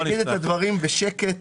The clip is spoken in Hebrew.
נזכיר את הדברים בשקט